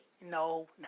No